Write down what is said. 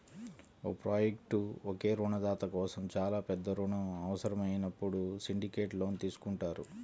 ఒక ప్రాజెక్ట్కు ఒకే రుణదాత కోసం చాలా పెద్ద రుణం అవసరమైనప్పుడు సిండికేట్ లోన్ తీసుకుంటారు